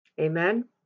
Amen